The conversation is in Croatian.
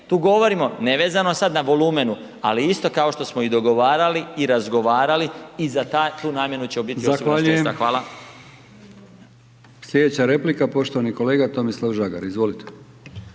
tu govorimo, nevezano sad na volumenu ali isto kao što smo i dogovarali i razgovarali i za tu namjenu će .../Govornik se ne